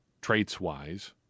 traits-wise